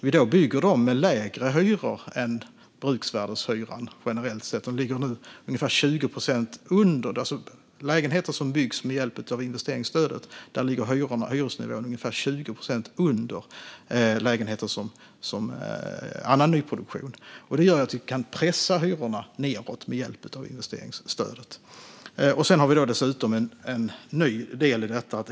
Vi bygger dem med lägre hyror än bruksvärdeshyran, generellt sett - för lägenheter som byggs med hjälp av investeringsstödet ligger hyresnivån ungefär 20 procent under annan nyproduktion. Vi kan alltså pressa hyrorna nedåt med hjälp av investeringsstödet. Vi har dessutom en ny del i detta.